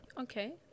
Okay